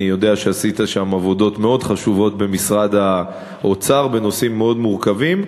אני יודע שעשית עבודות מאוד חשובות במשרד האוצר בנושאים מאוד מורכבים,